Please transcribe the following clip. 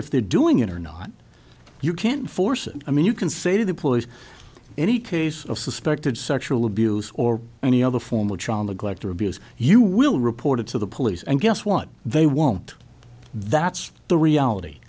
if they're doing it or not you can't force it i mean you can say to the police any case of suspected sexual abuse or any other form of child neglect or abuse you will reported to the police and guess what they want that's the reality